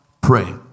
pray